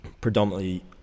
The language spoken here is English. predominantly